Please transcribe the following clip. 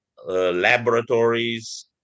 Laboratories